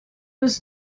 was